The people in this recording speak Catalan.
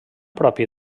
propi